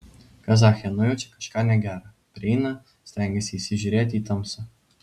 kazachė nujaučia kažką negera prieina stengiasi įsižiūrėti į tamsą